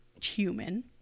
human